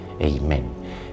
Amen